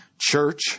church